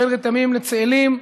בין רתמים לצאלים,